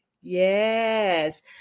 Yes